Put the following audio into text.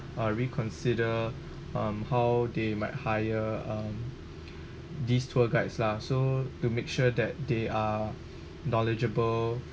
ah reconsider um how they might hire um these tour guides lah so to make sure that they are knowledgeable